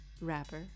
Rapper